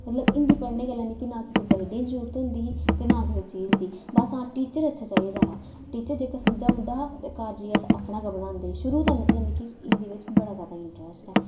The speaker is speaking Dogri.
मतलब हिंदी पढ़ने गल्लै ना मिक्की कु'सै गाइड दी जरूरत होंदी ही ते ना कु'सै चीज दी बस हां टीचर अच्छा चाहिदा हा टीचर जेह्का समझाई हा ते घर जाइयै अस अपना गै बनांदे हे शुरू दा मतलब मिक्की हिंदी बिच बड़ा ज़्यादा इंटरैस्ट ऐ